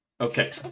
Okay